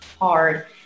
hard